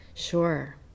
Sure